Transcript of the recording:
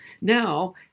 Now